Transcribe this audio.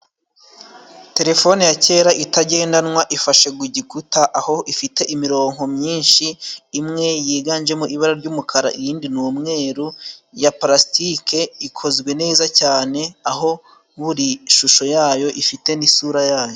Terefone ya kera itagendanwa ifashe ku gikuta aho ifite imironko myinshi, imwe yiganjemo ibara ry'umukara iyindi ni umweru, ya palasitike, ikozwe neza cyane aho buri shusho yayo ifite n'isura yayo.